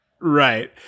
right